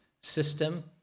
system